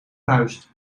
vuist